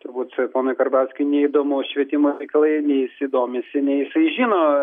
turbūt ponui karbauskiui neįdomu švietimo reikalai nei jisai domisi nei jisai žino